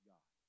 God